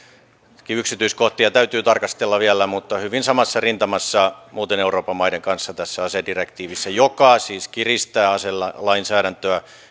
joitakin yksityiskohtia täytyy tarkastella vielä hyvin samassa rintamassa muuten euroopan maiden kanssa tässä asedirektiivissä joka siis kiristää aselainsäädäntöä